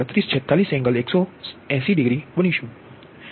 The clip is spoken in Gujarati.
3846 એંગલ 180 ડિગ્રી બનીશું